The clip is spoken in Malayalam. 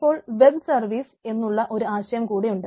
ഇപ്പോൾ വെബ് സർവീസ് തന്നെയാണ്